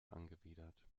angewidert